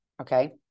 Okay